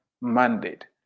mandate